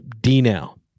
D-Now